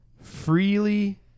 freely